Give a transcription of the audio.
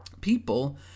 people